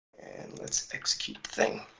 and let's execute thing.